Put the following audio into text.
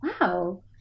wow